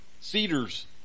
Cedars